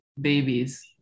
babies